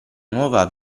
nuova